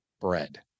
bread